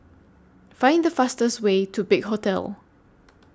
Find The fastest Way to Big Hotel